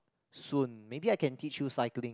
soon maybe I can teach you cycling